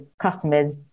customers